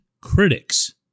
critics